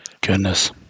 Goodness